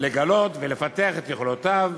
לגלות ולפתח את יכולותיו,